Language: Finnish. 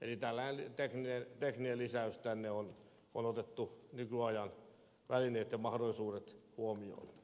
eli tällainen tekninen lisäys tänne on otettu nykyajan välineitten mahdollisuudet huomioiden